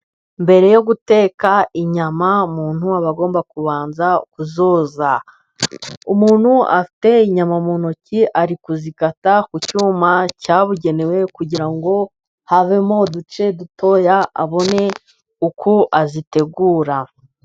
Mbere yo guteka inyama umuntu aba agomba kubanza kuzoza. Umuntu afite inyama mu ntoki ari kuzikata ku cyuma cyabugenewe, kugira ngo havemo uduce dutoya abone uko azitegura.